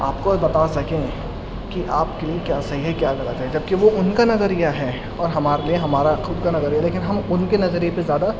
آپ کو بتا سکیں کہ آپ کے لیے کیا صحیح ہے کیا غلط ہے جب کہ وہ ان کا نظریہ ہے اور ہمارے لیے ہمارا خود کا نظریہ لیکن ہم ان کے نظریے پہ زیادہ